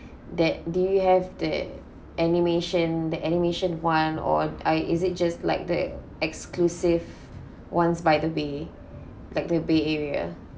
that do you have that animation that animation [one] or I is it just like the exclusive ones by the bay like bay area